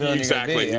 ah exactly. yeah